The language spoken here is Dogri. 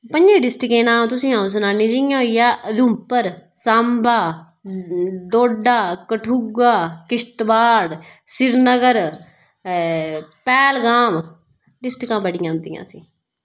पंज्जें डिस्टकें दे नांऽ तुसें अ'ऊं सनानी जि'यां होई गेआ उधमपुर साम्बा डोडा कठुआ किशतबाड़ श्रीनगर पैह्लगाम डिस्टकां बड़ियां औंदियां असें